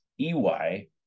EY